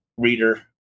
reader